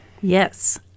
Yes